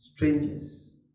Strangers